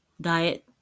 diet